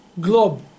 globe